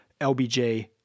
LBJ